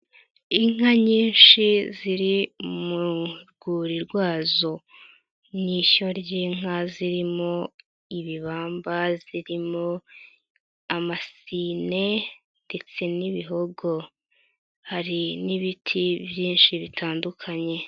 Inka nyinshi ziri mu rwuri rwazo ni ishyo ry'inka zirimo ibibamba, zirimo amasine ndetse n'ibihogo, hari n'ibiti byinshi bitandukanye.